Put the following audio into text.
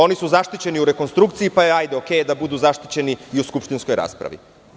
Oni su zaštićeni u rekonstrukciji, pa je u redu da budu zaštićeni i u skupštinskoj raspravi.